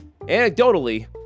anecdotally